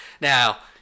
Now